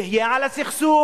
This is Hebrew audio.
תהיה על הסכסוך,